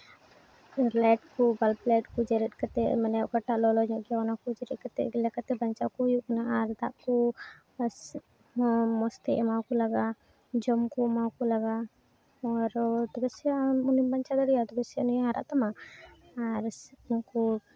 light ᱠᱚ bulb light ᱠᱚ ᱡᱮᱨᱮᱫ ᱠᱟᱛᱮ ᱢᱟᱱᱮ ᱚᱠᱟᱴᱟᱜ ᱞᱚᱞᱚ ᱧᱚᱜ ᱜᱮᱭᱟ ᱚᱱᱟ ᱠᱚ ᱡᱮᱨᱮᱫ ᱠᱟᱛᱮᱫ ᱡᱮᱨᱮᱫ ᱠᱟᱛᱮ ᱵᱟᱧᱪᱟᱣ ᱠᱚ ᱦᱩᱭᱩᱜ ᱠᱟᱱᱟ ᱟᱨ ᱫᱟᱜ ᱠᱚ ᱦᱚᱸ ᱢᱚᱡᱽᱛᱮ ᱮᱢᱟᱣᱟᱠᱚ ᱞᱟᱜᱟᱜᱼᱟ ᱡᱚᱢ ᱠᱚ ᱮᱢᱟᱣᱟᱠᱚ ᱞᱟᱜᱟᱜᱼᱟ ᱟᱨᱚ ᱛᱚᱵᱮ ᱥᱮ ᱟᱢ ᱩᱱᱤᱢ ᱵᱟᱧᱪᱟᱣ ᱫᱟᱲᱮᱣᱟᱭᱟ ᱛᱚᱵᱮ ᱥᱮ ᱩᱱᱤᱭ ᱦᱟᱨᱟᱜ ᱛᱟᱢᱟ ᱟᱨ ᱩᱱᱠᱩ